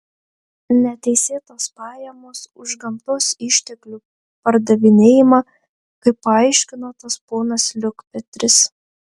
neteisėtos pajamos už gamtos išteklių pardavinėjimą kaip paaiškino tas ponas liukpetris